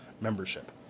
membership